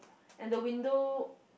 and the window